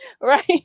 Right